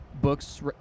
books